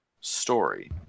story